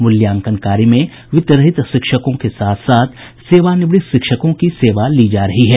मूल्यांकन कार्य में वित्तरहित शिक्षकों के साथ साथ सेवानिवृत्त शिक्षकों की सेवा ली जा रही है